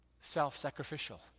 self-sacrificial